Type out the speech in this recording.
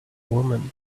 woman